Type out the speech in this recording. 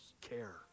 care